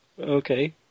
Okay